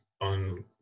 on